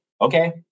Okay